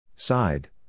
Side